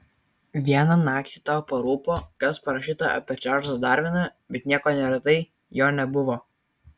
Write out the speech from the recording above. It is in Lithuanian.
vieną naktį tau parūpo kas parašyta apie čarlzą darviną bet nieko neradai jo nebuvo